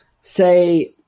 say